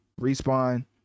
Respawn